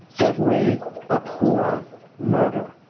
that we abhor murder.